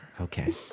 Okay